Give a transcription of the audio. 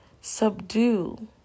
subdue